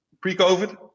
pre-COVID